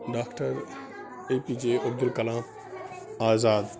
doctor A P J Abdul Kalam Azad